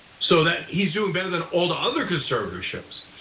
so that he's doing better than all the other conservatorships.